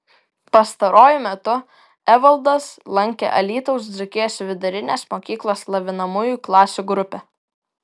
pastaruoju metu evaldas lankė alytaus dzūkijos vidurinės mokyklos lavinamųjų klasių grupę